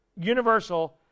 universal